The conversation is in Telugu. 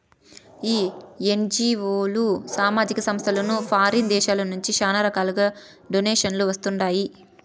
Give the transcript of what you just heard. ఈ ఎన్జీఓలు, సామాజిక సంస్థలకు ఫారిన్ దేశాల నుంచి శానా రకాలుగా డొనేషన్లు వస్తండాయి